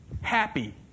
happy